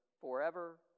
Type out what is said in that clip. forever